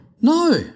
no